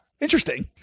Interesting